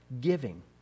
giving